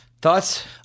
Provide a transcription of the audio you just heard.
thoughts